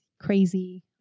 crazy